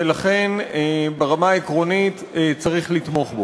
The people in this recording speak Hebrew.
ולכן ברמה העקרונית צריך לתמוך בו.